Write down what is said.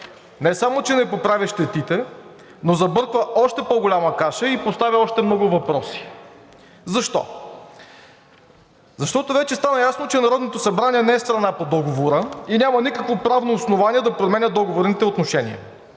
не само че не поправя щетите, но забърква още по-голяма каша и поставя още много въпроси. Защо? Защото вече става ясно, че Народното събрание не е страна по договора, и няма никакво правно основание да променя договорните отношения.